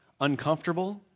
uncomfortable